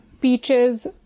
beaches